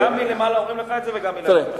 גם מלמעלה אומרים לך את זה וגם מלמטה.